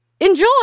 Enjoy